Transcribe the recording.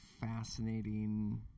fascinating